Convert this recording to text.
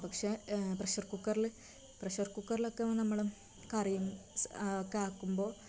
പക്ഷെ പ്രഷർ കുക്കറില് പ്രഷർ കുക്കറിലൊക്കെ നമ്മള് കറിയും ഒക്കെ ആക്കുമ്പോൾ